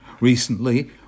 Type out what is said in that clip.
Recently